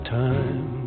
time